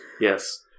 Yes